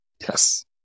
Yes